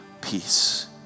peace